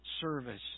service